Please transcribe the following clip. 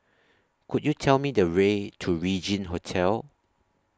Could YOU Tell Me The Way to Regin Hotel